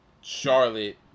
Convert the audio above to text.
Charlotte